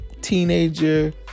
teenager